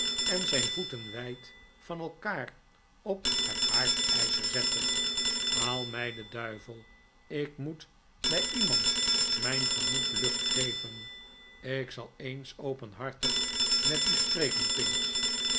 en zijn voeten wijd van elkaar op het haardijzer zette haal mij de duivel ik moet bij iemand mijn gemoed lucht geven ik zal eens openhartig met u spreken